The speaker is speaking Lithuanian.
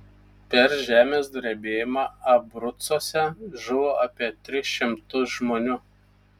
per žemės drebėjimą abrucuose žuvo apie tris šimtus žmonių